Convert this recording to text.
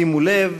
שימו לב,